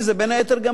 בין היתר גם אני,